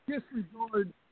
disregard